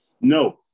no